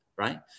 right